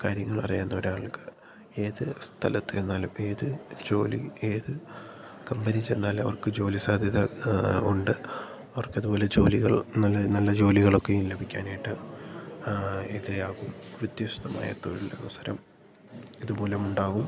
കാര്യങ്ങളറിയാവുന്ന ഒരാൾക്ക് ഏതു സ്ഥലത്ത് ചെന്നാലും ഏത് ജോലി ഏത് കമ്പനിയിൽ ചെന്നാലവർക്ക് ജോലി സാധ്യത ഉണ്ട് അവർക്കത് പോലെ ജോലികൾ നല്ല നല്ല ജോലികളൊക്കെയും ലഭിക്കാനായിട്ട് ആ ഇതുണ്ടാകും വ്യത്യസ്ഥമായ തൊഴിലവസരം ഇത് മൂലമുണ്ടാകും